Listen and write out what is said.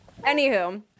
Anywho